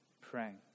praying